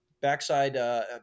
backside